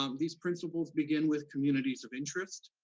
um these principles begin with communities of interest,